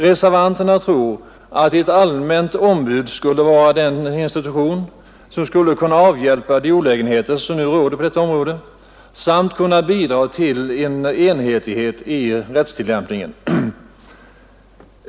Reservanterna tror att ett allmänt ombud skulle vara den institution som kan avhjälpa de olägenheter som nu råder på detta område samt bidra till enhetlighet i rättstillämpningen.